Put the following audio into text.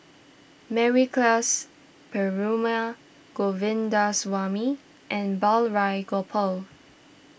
Mary Klass Perumal Govindaswamy and Balraj Gopal